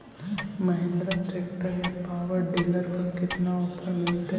Mahindra tractor या power dealer पर कितना ओफर मीलेतय?